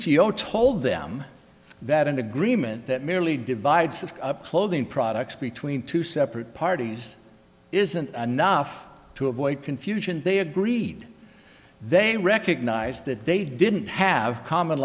t o told them that an agreement that merely divides the clothing products between two separate parties isn't enough to avoid confusion they agreed they recognized that they didn't have common